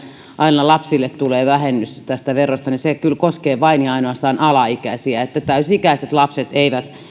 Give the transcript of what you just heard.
aina lapsille tulee vähennys tästä verosta että se kyllä koskee vain ja ainoastaan alaikäisiä että täysi ikäiset lapset eivät